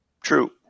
True